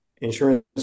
Insurance